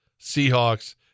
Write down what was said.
Seahawks